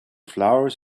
flowers